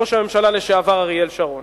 ראש הממשלה לשעבר אריאל שרון.